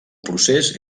procés